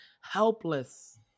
helpless